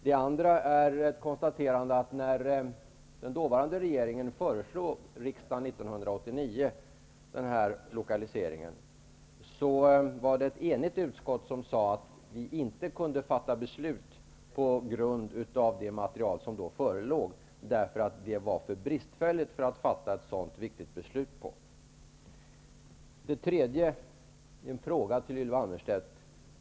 Den andra är ett konstaterande att när den dåvarande regeringen föreslog den här lokaliseringen för riksdagen 1989, var det ett enigt utskott som sade att vi inte kunde fatta beslut på grundval av det material som då förelåg, eftersom det var för bristfälligt för att fatta ett sådant viktigt beslut på. Den tredje är en fråga till Ylva Annerstedt.